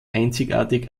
einzigartig